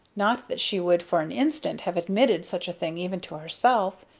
not that she would for an instant have admitted such a thing even to herself.